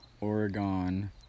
Oregon